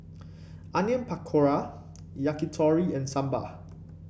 Onion Pakora Yakitori and Sambar